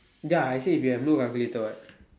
ya I say if you have no calculator what